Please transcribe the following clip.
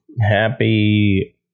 Happy